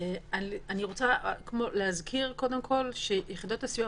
אני רוצה להזכיר קודם כל שיחידות הסיוע